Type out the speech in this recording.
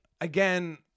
Again